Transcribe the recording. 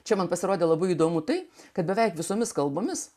čia man pasirodė labai įdomu tai kad beveik visomis kalbomis